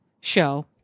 show